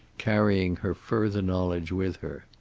carrying her further knowledge with her.